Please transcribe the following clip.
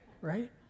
right